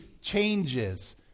changes